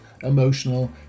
emotional